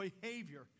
behavior